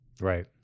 Right